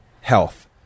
health